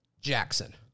Jackson